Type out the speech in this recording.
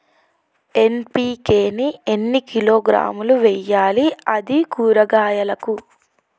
NPK ని ఎన్ని కిలోగ్రాములు వెయ్యాలి? అది కూరగాయలకు?